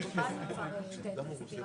לצערי עד עכשיו